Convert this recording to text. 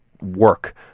work